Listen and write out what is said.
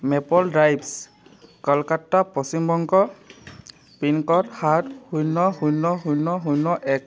maple drives Kolkata Paschim Banga pincode সাত শূন্য শূন্য শূন্য শূন্য় এক